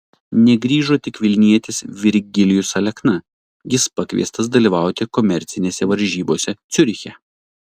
negrįžo tik vilnietis virgilijus alekna jis pakviestas dalyvauti komercinėse varžybose ciuriche